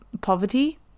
poverty